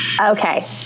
Okay